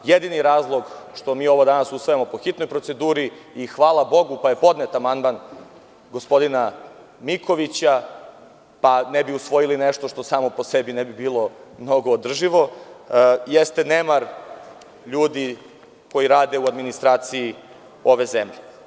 Jedini razlog što mi ovo danas usvajamo po hitnoj proceduri i hvala bogu pa je podnet amandman gospodina Mikovića, pa ne bih usvojili nešto što samo po sebi ne bi bilo mnogo održivo, jeste nemar ljudi koji rade u administraciji ove zemlje.